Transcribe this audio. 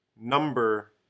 number